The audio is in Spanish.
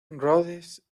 rhodes